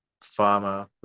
farmer